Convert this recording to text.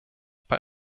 bei